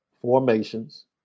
formations